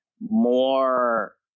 more